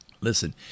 Listen